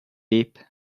deep